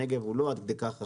הנגב לא עד כדי כך רחב,